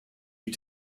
you